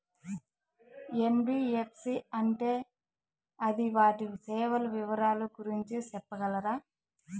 NBFC అంటే అది వాటి సేవలు వివరాలు గురించి సెప్పగలరా?